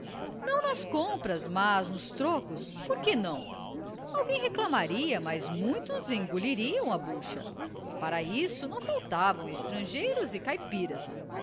nas compras mas nos trocos por que não alguém reclamaria mas muitos engoliriam a bucha para isso não faltavam estrangeiros e caipiras